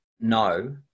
no